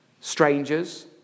strangers